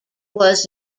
was